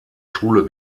schule